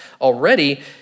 already